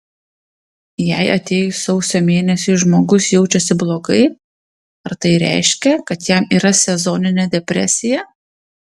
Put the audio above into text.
jei atėjus sausio mėnesiui žmogus jaučiasi blogai ar tai reiškia kad jam yra sezoninė depresija